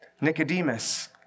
Nicodemus